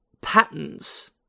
patterns